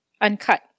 uncut